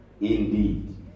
Indeed